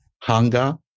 hunger